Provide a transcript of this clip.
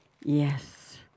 Yes